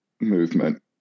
movement